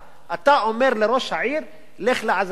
אתה אומר לראש העיר: לך לעזאזל,